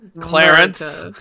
Clarence